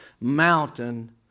mountain